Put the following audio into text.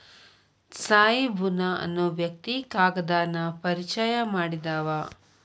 ತ್ಸಾಯಿ ಬುನಾ ಅನ್ನು ವ್ಯಕ್ತಿ ಕಾಗದಾನ ಪರಿಚಯಾ ಮಾಡಿದಾವ